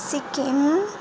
Sikkim